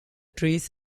trees